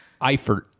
Eifert